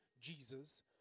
Jesus